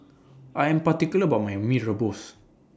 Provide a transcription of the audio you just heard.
I Am particular about My Mee Rebus